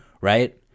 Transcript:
right